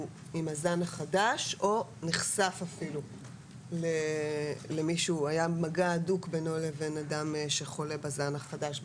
הזן החדש או נחשף למישהו או היה במגע הדוק בינו לבין אדם שחולה בזן החדש,